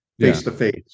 face-to-face